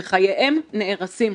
וחייהם נהרסים.